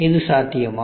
இது சாத்தியமா